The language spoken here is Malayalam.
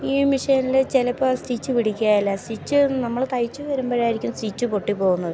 ഈ മെഷീനിൽ ചിലപ്പോൾ സ്റ്റിച്ച് പിടിക്കുകയില്ല സ്റ്റിച്ച് നമ്മൾ തയ്ച്ചു വരുമ്പോഴായിരിക്കും സ്റ്റിച്ച് പൊട്ടിപ്പോകുന്നത്